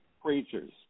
creatures